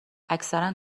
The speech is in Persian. اکثرا